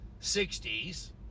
60s